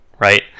right